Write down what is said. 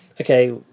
okay